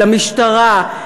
למשטרה,